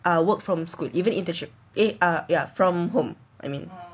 ah work from school even internship eh ah ya from home I mean